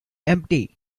empty